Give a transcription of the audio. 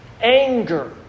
anger